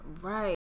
Right